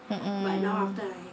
mm mm